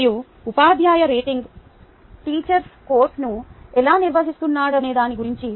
మరియు ఉపాధ్యాయ rating teacher కోర్సును ఎలా నిర్వహిస్తున్నాడనే దాని గురించి